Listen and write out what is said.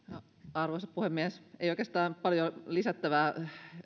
arvoisa puhemies ei oikeastaan paljon lisättävää